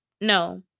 No